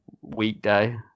weekday